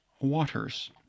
waters